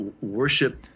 worship